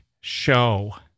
Show